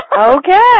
okay